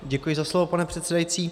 Děkuji za slovo, pane předsedající.